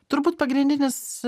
turbūt pagrindinis